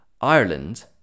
Ireland